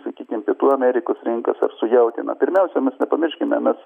sakykim pietų amerikos rinkas ar su jautiena pirmiausia mes nepamirškime mes